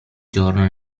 giorno